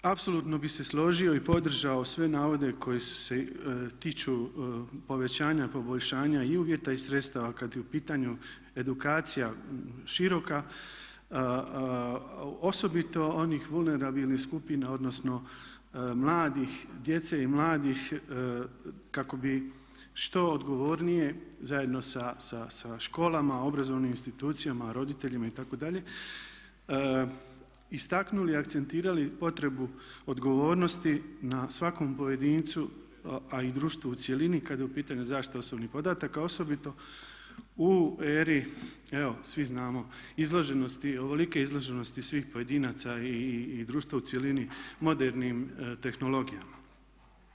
Apsolutno bi se složio i podržao sve navode koji se tiču povećanja poboljšanja i uvjeta i sredstava kad je u pitanju edukacija široka osobito onih vulnerabilnih skupina odnosno mladih, djece i mladih kako bi što odgovornije zajedno sa školama, obrazovnim institucijama, roditeljima itd. istaknuli i akcentirali potrebu odgovornosti na svakom pojedincu a i društvu u cjelini kad je u pitanju zaštita osobnih podataka osobito u eri evo svi znamo izloženosti, ovolike izloženosti svih pojedinaca i društva u cjelini modernim tehnologijama.